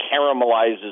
caramelizes